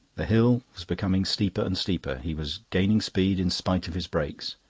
the hill was becoming steeper and steeper he was gaining speed in spite of his brakes.